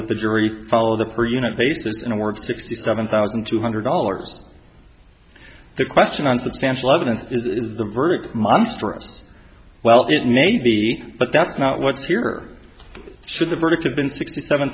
that the jury follow the per unit basis and work sixty seven thousand two hundred dollars the question on substantial evidence is the verdict monstrous well it may be but that's not what's here or should the verdict have been sixty seven